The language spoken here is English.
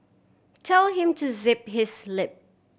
tell him to zip his lip